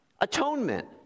Atonement